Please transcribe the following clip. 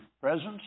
presence